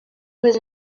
was